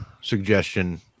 suggestion